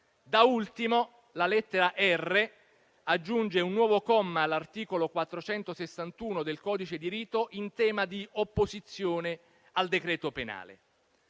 Da ultimo, la lettera *r*) aggiunge un nuovo comma all'articolo 461 del codice di rito in tema di opposizione al decreto penale.